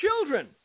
children